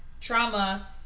trauma